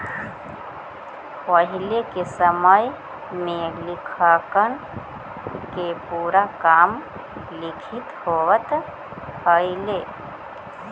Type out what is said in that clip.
पहिले के समय में लेखांकन के पूरा काम लिखित होवऽ हलइ